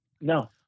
No